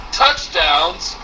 touchdowns